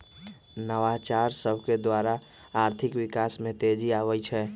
नवाचार सभकेद्वारा आर्थिक विकास में तेजी आबइ छै